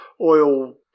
oil